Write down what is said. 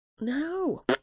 No